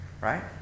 Right